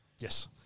Yes